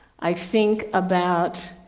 i think about